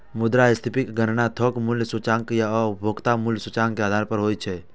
मुद्रास्फीतिक गणना थोक मूल्य सूचकांक आ उपभोक्ता मूल्य सूचकांक के आधार पर होइ छै